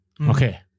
Okay